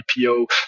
IPO